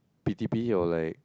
p_t_p or like